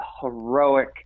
heroic